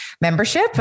membership